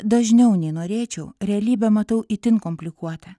dažniau nei norėčiau realybę matau itin komplikuotą